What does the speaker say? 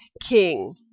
king